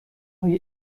های